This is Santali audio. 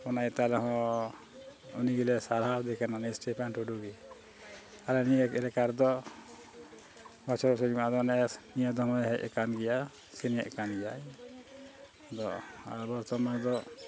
ᱚᱱᱟ ᱤᱭᱟᱹᱛᱮ ᱟᱨᱦᱚᱸ ᱩᱱᱤ ᱜᱮᱞᱮ ᱥᱟᱨᱦᱟᱣᱮ ᱠᱟᱱᱟᱞᱮ ᱥᱴᱤᱯᱷᱟᱱ ᱴᱩᱰᱩᱜᱮ ᱟᱞᱮ ᱱᱤᱭᱟᱹ ᱮᱞᱟᱠᱟ ᱨᱮᱫᱚ ᱵᱚᱪᱷᱚᱨ ᱥᱩᱨ ᱢᱟ ᱟᱫᱚ ᱱᱮᱥ ᱱᱤᱭᱟᱹ ᱫᱚᱢᱮ ᱦᱮᱡ ᱟᱠᱟᱱ ᱜᱮᱭᱟ ᱥᱮᱨᱮᱧᱮᱫ ᱠᱟᱱ ᱜᱮᱭᱟᱭ ᱟᱫᱚ ᱟᱨ ᱵᱚᱨᱛᱚᱢᱟᱱ ᱨᱮᱫᱚ